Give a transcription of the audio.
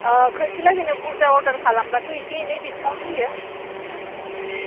खनसेलागैनो बुरजा अरदार खालामोबाथ' एसे एनै दिसकाउन्ट होयो